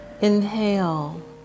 inhale